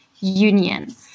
union